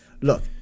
look